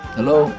Hello